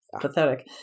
pathetic